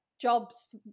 jobs